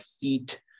feet